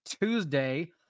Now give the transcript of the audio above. tuesday